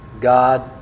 God